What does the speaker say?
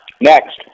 Next